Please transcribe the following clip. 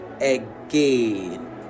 again